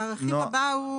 הרכיב הבא.